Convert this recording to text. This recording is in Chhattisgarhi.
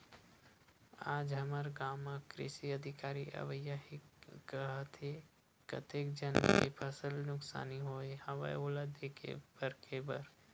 आज हमर गाँव म कृषि अधिकारी अवइया हे काहत हे, कतेक झन के फसल नुकसानी होय हवय ओला देखे परखे बर